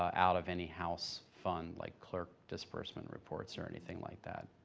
um out of any house fund like clerk disbursement reports or anything like that.